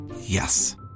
Yes